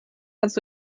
kannst